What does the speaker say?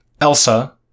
Elsa